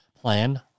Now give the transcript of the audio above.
plan